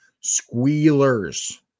squealers